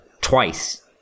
twice